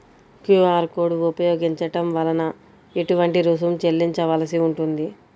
QR code ఉపయోగించటం వలన ఏటువంటి రుసుం చెల్లించవలసి ఉంటుంది?